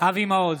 אבי מעוז,